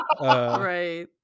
Right